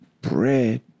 bread